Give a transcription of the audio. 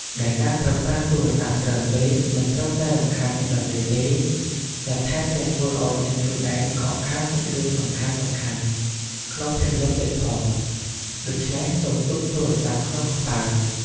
ដែលការប្រើប្រាស់ទូរស័ព្ទច្រើនពេក មិនត្រឹមតែរំខានអ្នកដទៃទេ តែថែមទាំងធ្វើឲ្យអ្នកខ្លួនឯងខកខានសាច់រឿងសំខាន់ៗក្នុងភាពយន្តទៀតផង ដូច្នេះសូមទុកទូរស័ព្ទក្នុងហោប៉ៅ។